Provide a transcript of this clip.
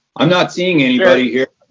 i'm not seeing anybody here.